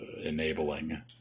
Enabling